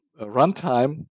runtime